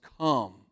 come